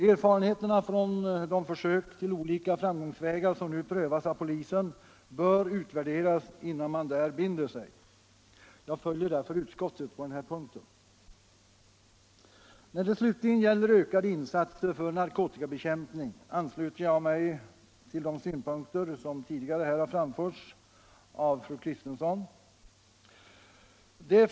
Erfarenheterna från de försök till olika framgångsvägar som f.n. prövas av polisen bör utvärderas innan man bestämmer sig. Jag följer därför utskottet på den här punkten. När det slutligen gäller ökade insatser för narkotikabekämpning ansluter jag mig till de synpunkter som tidigare har framförts av fru Kristensson.